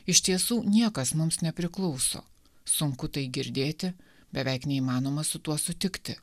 iš tiesų niekas mums nepriklauso sunku tai girdėti beveik neįmanoma su tuo sutikti